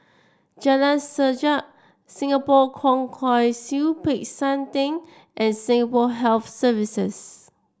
Jalan Sajak Singapore Kwong Wai Siew Peck San Theng and Singapore Health Services